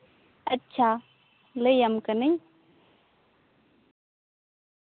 ᱟᱪᱪᱷᱟ ᱞᱟᱹᱭᱟᱢ ᱠᱟᱹᱱᱤᱧ